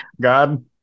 God